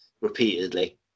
repeatedly